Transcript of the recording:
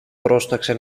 πρόσταξε